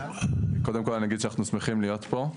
אני, קודם כל, אגיד שאנחנו שמחים להיות פה.